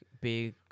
big